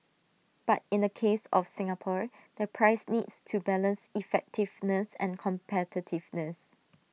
but in the case of Singapore the price needs to balance effectiveness and competitiveness